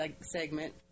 segment